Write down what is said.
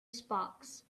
sparks